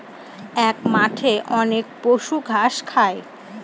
এক মাঠে অনেক পশু ঘাস খায়